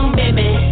baby